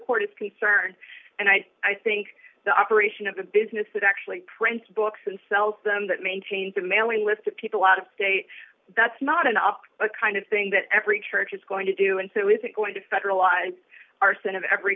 court is concerned and i i think the operation of the business that actually prints books and sells them that maintains a mailing list of people out of state that's not enough the kind of thing that every church is going to do and so is it going to federalize arson of every